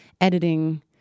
editing